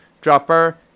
Dropper